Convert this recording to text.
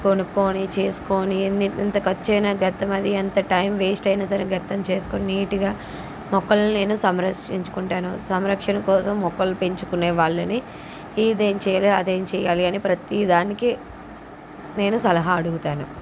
కొనుక్కొని చేసుకొని ఎన్ని ఎంత ఖర్చు అయినా గత్తమది ఎంత టైమ్ వేస్ట్ అయినా సరే గత్తం చేసుకుని నీటుగా మొక్కలని నేను సంరక్షించుకుంటాను సంరక్షణ కోసం మొక్కలు పెంచుకునేవాళ్ళని ఇదేం చెయ్యాలి అదేం చెయ్యాలి అని ప్రతీదానికి నేను సలాహా అడుగుతాను